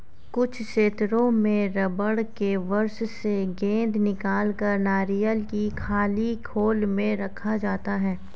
कुछ क्षेत्रों में रबड़ के वृक्ष से गोंद निकालकर नारियल की खाली खोल में रखा जाता है